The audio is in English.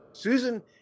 Susan